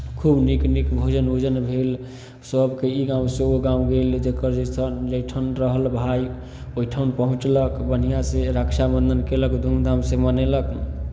खूब नीक नीक भोजन ओजन भेल सभके ई गाँवसँ ओ गाँव गेल जकर जैसन जैठन रहल भाय ओहिठम पहुँचलक बढ़िआँसँ रक्षाबन्धन कयलक धूमधामसँ मनयलक